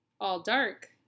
all-dark